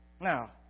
Now